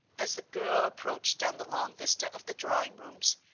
as the girl approached down the long vista of the drawing rooms,